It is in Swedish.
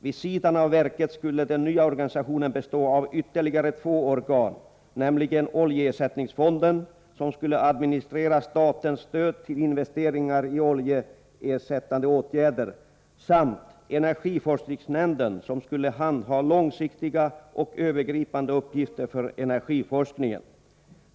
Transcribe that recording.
Vid sidan av verket skulle den nya organisationen bestå av ytterligare två organ: oljeersättningsfonden, som skulle administrera statens stöd till investeringar i oljeersättande åtgärder, samt energiforskningsnämnden, som skulle handha långsiktiga och övergripande uppgifter för energiforskningen.